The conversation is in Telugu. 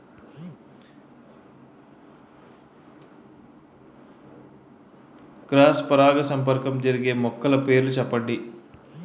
క్రాస్ పరాగసంపర్కం జరిగే మొక్కల పేర్లు చెప్పండి?